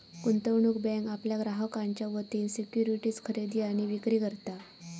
गुंतवणूक बँक आपल्या ग्राहकांच्या वतीन सिक्युरिटीज खरेदी आणि विक्री करता